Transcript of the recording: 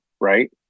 right